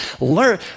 learn